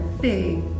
big